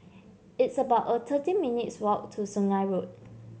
it's about a thirteen minutes' walk to Sungei Road